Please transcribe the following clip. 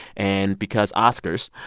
and because oscars,